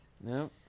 no